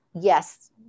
yes